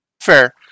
Fair